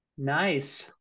Nice